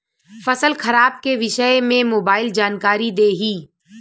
फसल खराब के विषय में मोबाइल जानकारी देही